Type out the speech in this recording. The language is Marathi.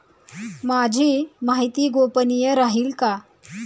माझी माहिती गोपनीय राहील का?